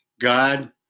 God